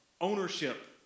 ownership